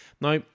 Now